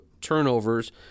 turnovers